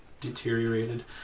deteriorated